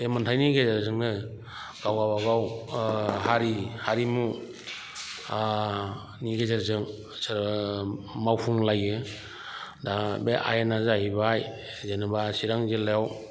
बे मोनथायनि गेजेरजोंनो गाव गावबागाव हारि हारिमु नि गेजेरजों मावफुंलायो दा बे आइना जाहैबाय जेनेबा चिरां जिल्लायाव